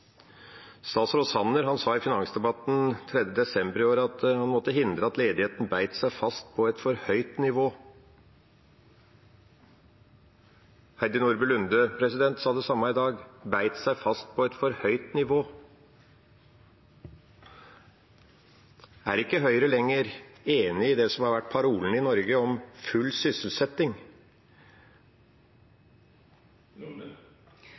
Statsråd Sanner sa i finansdebatten 3. desember i år at en måtte hindre at ledigheten biter seg fast på et for høyt nivå. Heidi Nordby Lunde sa det samme i dag – biter seg fast på et for høyt nivå. Er ikke Høyre lenger enig i det som har vært parolen i Norge om full